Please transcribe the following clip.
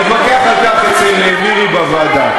נתווכח על כך אצל מירי בוועדה.